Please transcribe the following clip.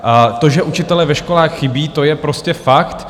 A to, že učitelé ve školách chybí, to je prostě fakt.